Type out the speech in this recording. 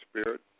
Spirit